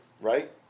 right